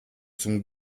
zum